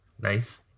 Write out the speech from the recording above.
Nice